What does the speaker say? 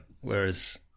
Whereas